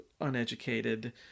uneducated